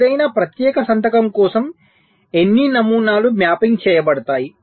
ఏదైనా ప్రత్యేక సంతకం కోసం ఎన్ని నమూనాలు మ్యాపింగ్ చేయబడతాయి